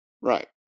Right